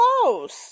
close